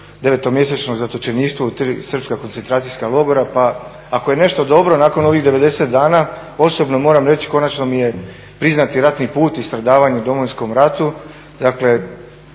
9.-to mjesečno zatočeništvo u 3. srpska koncentracijska logora. Pa ako je nešto dobro nakon ovih 90. dana osobno moram reći konačno mi je priznati ratni put i stradavanje u Domovinskom ratu,